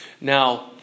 Now